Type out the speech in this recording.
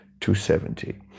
270